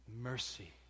mercy